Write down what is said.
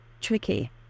tricky